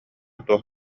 туох